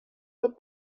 with